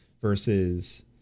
Versus